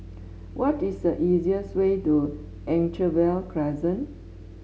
what is the easiest way to Anchorvale Crescent